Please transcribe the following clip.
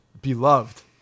Beloved